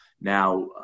Now